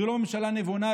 זו לא ממשלה נבונה,